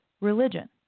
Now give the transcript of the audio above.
religion